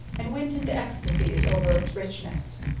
and went into ecstasies over its richness.